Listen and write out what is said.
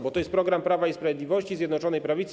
Bo to jest program Prawa i Sprawiedliwości, Zjednoczonej Prawicy?